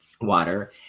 water